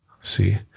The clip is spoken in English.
See